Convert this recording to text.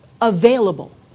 available